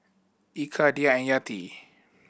Eka Dhia and Yati